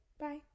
Bye